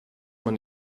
man